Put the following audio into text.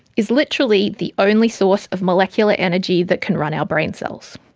is literally the only source of molecular energy that can run our brain cells.